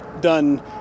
done